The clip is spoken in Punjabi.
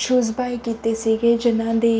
ਸ਼ੂਜ਼ ਬਾਏ ਕੀਤੇ ਸੀਗੇ ਜਿਨ੍ਹਾਂ ਦੀ